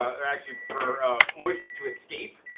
actually for moisture to escape.